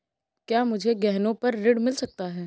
क्या मुझे गहनों पर ऋण मिल सकता है?